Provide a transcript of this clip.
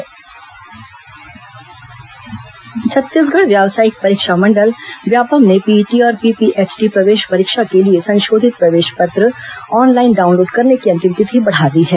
PET PPHT परीक्षा छत्तीसगढ़ व्यावसायिक परीक्षा मंडल व्यापमं ने पीईटी और पीपीएचटी प्रवेश परीक्षा के लिए संशोधित प्रवेश पत्र ऑनलाइन डाउनलोड करने की अंतिम तिथि बढ़ा दी है